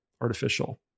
artificial